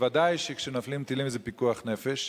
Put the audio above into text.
בוודאי כשנופלים טילים זה פיקוח נפש,